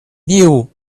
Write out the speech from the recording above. knew